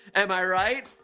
am i right?